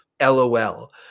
LOL